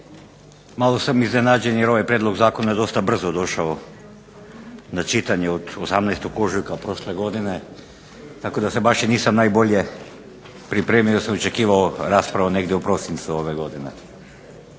Malo sam iznenađen, jer je ovaj prijedlog zakona dosta brzo došao na čitanje od 18. ožujka prošle godine tako da se baš i nisam najbolje pripremio jer sam očekivao raspravu negdje u prosincu ove godine.